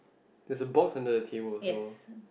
there is a box under the table as well